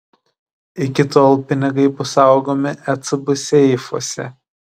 iki tol pinigai bus saugomi ecb seifuose